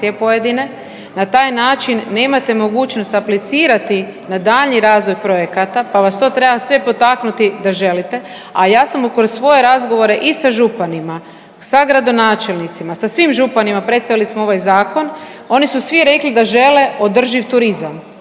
na taj način nemate mogućnost aplicirati na daljnji razvoj projekata, pa vas to treba sve potaknuti da želite, a ja sam kroz svoje razgovore i sa županima, sa gradonačelnicima, sa svim županima predstavili smo ovaj zakon, oni su svi rekli da žele održiv turizam,